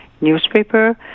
newspaper